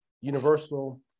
universal